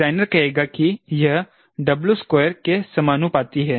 डिजाइनरों कहेगा कि यह W2 के समानुपाती है